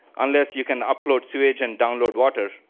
unless you can unload sewage and download water,